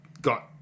got